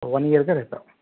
one year کا رہتا ہے